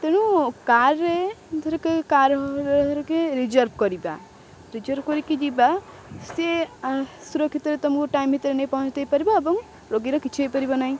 ତେଣୁ କାର୍ରେ ଧରକେ କାର୍ ଧରିକି ରିଜର୍ଭ କରିବା ରିଜର୍ଭ କରିକି ଯିବା ସେ ସୁରକ୍ଷିତରେ ତୁମକୁ ଟାଇମ୍ ଭିତରେ ନେଇ ପହଞ୍ଚାଇ ଦେଇପାରିବା ଏବଂ ରୋଗୀର କିଛି ହେଇପାରିବ ନାହିଁ